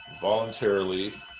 voluntarily